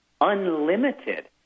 unlimited